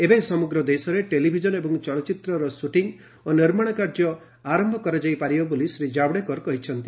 ଏବେ ସମଗ୍ର ଦେଶରେ ଟେଲିଭିଜନ ଏବଂ ଚଳଚ୍ଚିତ୍ରର ସୁଟିଂ ଓ ନିର୍ମାଣ ଆରମ୍ଭ କରାଯାଇ ପାରିବ ବୋଲି ଶ୍ରୀ ଜାଭେଡକର କହିଛନ୍ତି